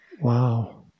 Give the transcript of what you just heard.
Wow